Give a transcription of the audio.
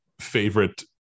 favorite